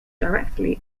directly